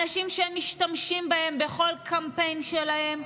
אנשים שהם משתמשים בהם בכל קמפיין שלהם,